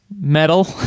metal